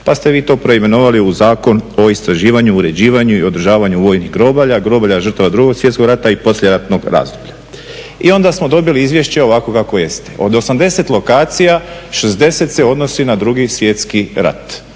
pa ste vi to preimenovali u Zakon o istraživanju, uređivanju i održavanju vojnih grobalja, grobalja žrtva II. Svjetskog rata i poslijeratnog razdoblja. I onda smo dobili izvješće ovakvo kakvo jeste. Od 80 lokacija, 60 se odnosi na II. Svjetski rat,